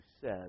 says